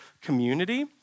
community